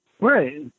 Right